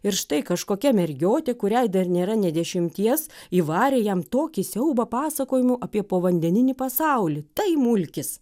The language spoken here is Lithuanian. ir štai kažkokia mergiotė kuriai dar nėra nė dešimties įvarė jam tokį siaubą pasakojimu apie povandeninį pasaulį tai mulkis